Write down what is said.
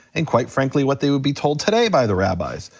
and quite frankly what they would be told today by the rabbis.